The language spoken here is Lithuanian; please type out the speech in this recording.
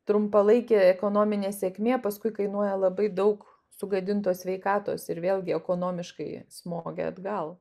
trumpalaikė ekonominė sėkmė paskui kainuoja labai daug sugadintos sveikatos ir vėlgi ekonomiškai smogia atgal